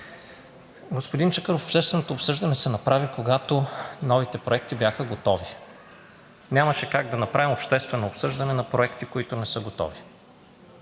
Господин Чакъров, общественото обсъждане се направи, когато новите проекти бяха готови. Нямаше как да направим обществено обсъждане на проекти, които не са готови,